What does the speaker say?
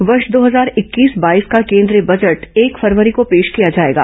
वर्ष दो हजार इक्कीस बाईस का केंद्रीय बजट एक फरवरी को पेश किया जाएगा